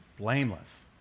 Blameless